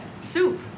soup